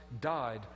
died